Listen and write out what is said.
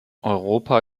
europa